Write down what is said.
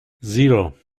zero